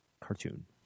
Cartoon